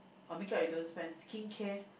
oh makeup you don't spend skincare